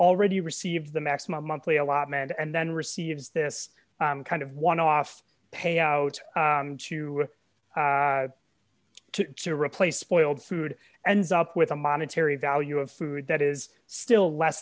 already received the maximum monthly allotment and then receives this kind of one off pay out to to replace spoiled food ends up with a monetary value of food that is still less